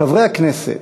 חברי הכנסת,